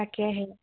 তাকেহে